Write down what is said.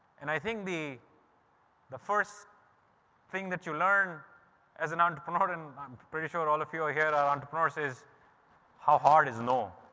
and i think the the first thing that you learn as an entrepreneur, and i'm pretty sure all of you are here are entrepreneurs is how hard is no.